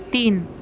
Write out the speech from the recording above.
तीन